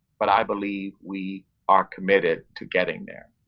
but i believe we are committed to getting there.